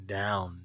down